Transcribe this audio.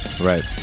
Right